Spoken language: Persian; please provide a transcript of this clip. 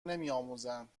نمیآموزند